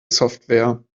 software